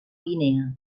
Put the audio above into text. guinea